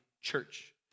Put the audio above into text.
church